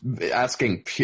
asking